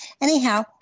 Anyhow